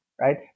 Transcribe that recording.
right